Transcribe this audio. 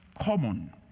Common